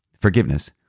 forgiveness